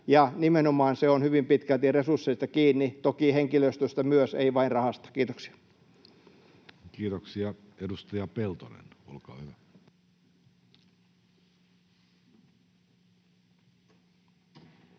ja nimenomaan se on hyvin pitkälti resursseista kiinni, toki henkilöstöstä myös, ei vain rahasta. — Kiitoksia. [Speech